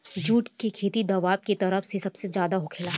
जुट के खेती दोवाब के तरफ में सबसे ज्यादे होखेला